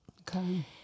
Okay